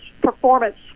performance